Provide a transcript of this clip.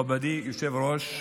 מכובדי היושב-ראש,